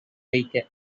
வைக்க